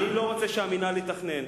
אני לא רוצה שהמינהל יתכנן,